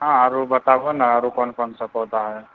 आरो बताबू ने आरो क़ोन क़ोन सा पौधा है